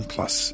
Plus